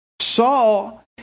Saul